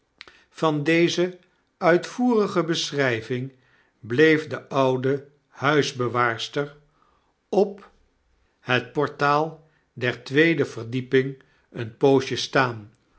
van deze uitvoerige beschryving bleef de oude huisbewaarster op hetportaal der tweede verdieping een poosje staan